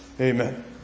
Amen